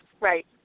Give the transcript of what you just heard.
Right